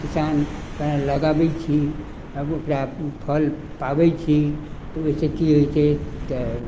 किसान लगबै छी आब ओकरा फल पाबै छी तऽ ओहिसँ की होइ छै तऽ